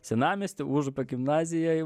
senamiesty užupio gimnazijoj